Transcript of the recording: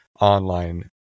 online